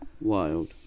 Wild